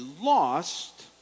lost